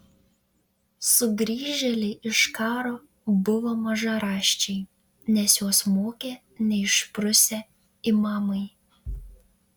sugrįžėliai iš karo buvo mažaraščiai nes juos mokė neišprusę imamai